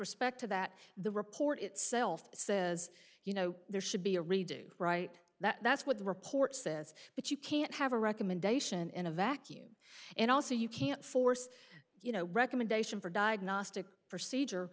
respect to that the report itself says you know there should be a redo right that's what the report says but you can't have a recommendation in a vacuum and also you can't force you know recommendation for diagnostic procedure